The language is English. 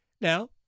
Now